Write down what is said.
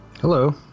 Hello